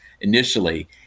initially